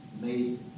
made